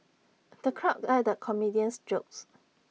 the crowd guffawed at the comedian's jokes